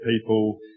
people